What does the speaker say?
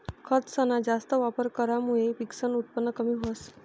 खतसना जास्त वापर करामुये पिकसनं उत्पन कमी व्हस